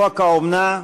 חוק האומנה,